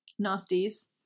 nasties